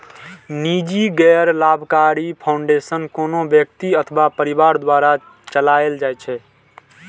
निजी गैर लाभकारी फाउंडेशन कोनो व्यक्ति अथवा परिवार द्वारा चलाएल जाइ छै